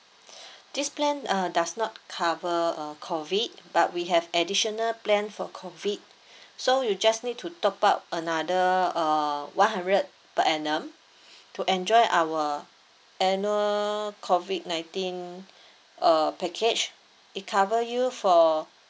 this plan uh does not cover uh COVID but we have additional plan for COVID so you just need to top up another uh one hundred per annum to enjoy our annual COVID nineteen uh package it cover you for